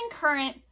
current